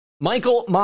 Michael